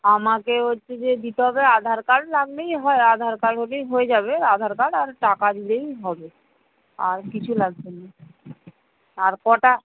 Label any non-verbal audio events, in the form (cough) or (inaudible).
আমাকে হচ্ছে যে দিতে হবে আধার কার্ড (unintelligible) হয় আধার কার্ড হলেই হয়ে যাবে আধার কার্ড আর টাকা দিলেই হবে আর কিছু লাগবে না আর কটা